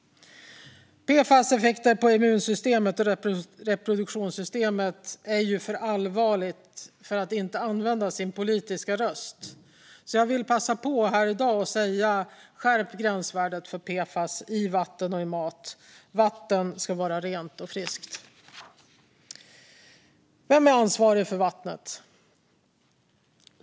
PFAS effekter på immunsystemet och reproduktionssystemet är för allvarliga för att man inte ska använda sin politiska röst. Jag vill passa på här i dag att framföra att gränsvärdet för PFAS i vatten och mat bör skärpas. Vatten ska vara rent och friskt. Vem är ansvarig för vattnet?